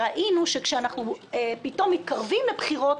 ראינו שכאשר פתאום מתקרבים לבחירות,